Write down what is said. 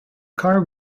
car